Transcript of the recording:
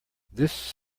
this